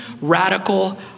radical